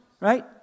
right